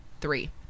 three